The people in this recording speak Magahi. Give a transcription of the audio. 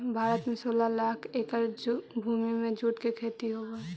भारत में सोलह लाख एकड़ भूमि में जूट के खेती होवऽ हइ